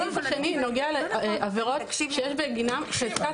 הסעיף השני נוגע לעבירות שיש בגינן חזקת